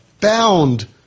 bound